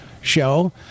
show